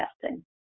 testing